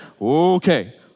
Okay